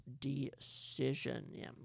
decision